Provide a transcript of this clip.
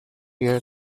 year